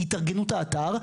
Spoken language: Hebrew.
ההתארגנות האתר.